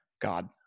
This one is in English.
god